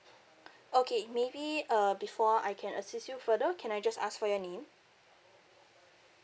okay maybe uh before I can assist you further can I just ask for your name